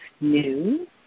new